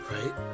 right